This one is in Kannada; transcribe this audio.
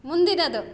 ಮುಂದಿನದು